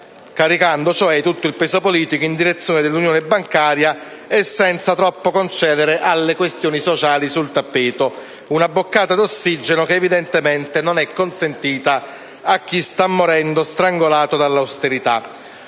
caricando cioè tutto il peso politico in direzione dell'unione bancaria e senza troppo concedere alle questioni sociali sul tappeto. Evidentemente una boccata d'ossigeno non è consentita a chi sta morendo strangolato dall'austerità.